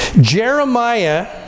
Jeremiah